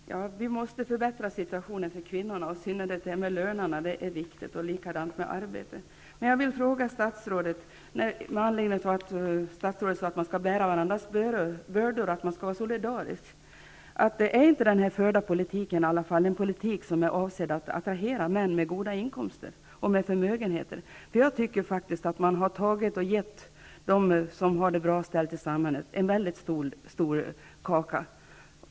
Herr talman! Vi måste förbättra situationen för kvinnorna. I synnerhet frågan om lönerna är viktig, liksom frågan om arbete. Statsrådet sade att man skall bära varandras bördor och att man skall vara solidarisk. Är inte den förda politiken en politik som är avsedd att attrahera män med goda inkomster och med förmögenheter? Jag tycker faktiskt att man har gett dem som har det bra ställt i samhället en mycket stor del av kakan.